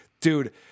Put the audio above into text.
Dude